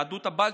היהדות הבלטית,